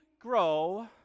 grow